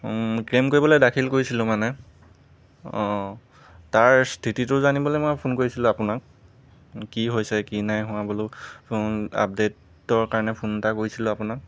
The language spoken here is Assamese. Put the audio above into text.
ক্লেইম কৰিবলৈ দাখিল কৰিছিলো মানে অঁ তাৰ স্থিতিটো জানিবলৈ মই ফোন কৰিছিলো আপোনাক কি হৈছে কি নাই হোৱা বোলো ফোন আপডেটৰ কাৰণে ফোন এটা কৰিছিলো আপোনাক